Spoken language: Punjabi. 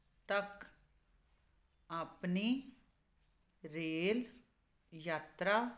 ਤੱਕ ਆਪਣੀ ਰੇਲ ਯਾਤਰਾ